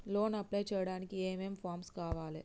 Loan apply చేయడానికి ఏం ఏం ఫామ్స్ కావాలే?